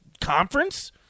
conference